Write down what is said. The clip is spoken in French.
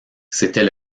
c’était